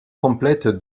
complète